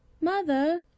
Mother